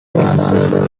answered